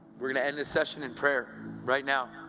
we're going to end this session in prayer right now.